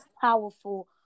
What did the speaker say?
powerful